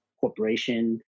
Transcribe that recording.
corporation